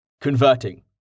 converting